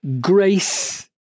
grace